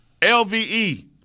LVE